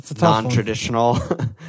non-traditional